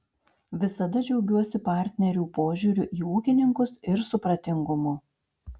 visada džiaugiuosi partnerių požiūriu į ūkininkus ir supratingumu